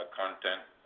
content